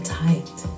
tight